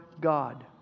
God